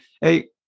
hey